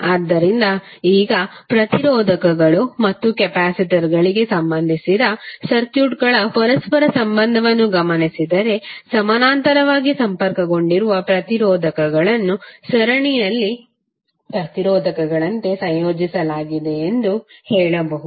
ಆದ್ದರಿಂದ ಈಗ ಪ್ರತಿರೋಧಕಗಳು ಮತ್ತು ಕೆಪಾಸಿಟರ್ಗಳಿಗೆ ಸಂಬಂಧಿಸಿದ ಸರ್ಕ್ಯೂಟ್ಗಳ ಪರಸ್ಪರ ಸಂಬಂಧವನ್ನು ಗಮನಿಸಿದರೆ ಸಮಾನಾಂತರವಾಗಿ ಸಂಪರ್ಕಗೊಂಡಿರುವ ಪ್ರತಿರೋಧಕಗಳನ್ನು ಸರಣಿಯಲ್ಲಿನ ಪ್ರತಿರೋಧಕಗಳಂತೆಯೇ ಸಂಯೋಜಿಸಲಾಗಿದೆ ಎಂದು ಹೇಳಬಹುದು